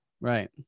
Right